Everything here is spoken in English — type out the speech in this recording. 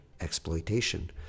exploitation